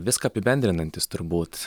viską apibendrinantis turbūt